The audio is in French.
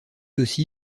aussi